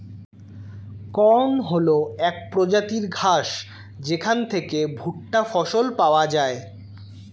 corn হল এক প্রজাতির ঘাস যেখান থেকে ভুট্টা ফসল পাওয়া যায়